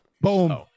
Boom